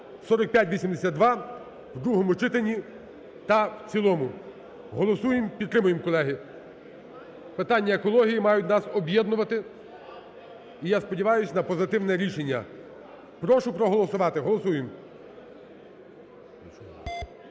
4582 в другому читанні та в цілому голосуємо, підтримуємо, колеги! Питання екології мають нас об'єднувати і я сподіваюсь на позитивне рішення. Прошу проголосувати. Голосуємо.